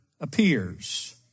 appears